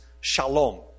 shalom